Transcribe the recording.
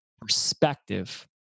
perspective